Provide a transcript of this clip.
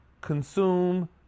consume